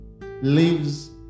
lives